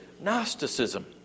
Gnosticism